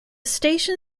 station